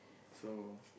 so